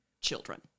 children